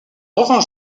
revint